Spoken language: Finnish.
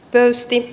pöysti